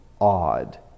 odd